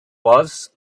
was